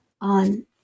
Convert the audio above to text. on